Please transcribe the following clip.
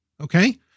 Okay